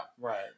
Right